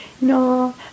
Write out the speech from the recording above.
no